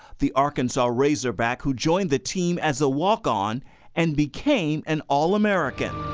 the arkansas razorback who joined the team as a walk-on and became an all-american.